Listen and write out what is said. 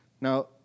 Now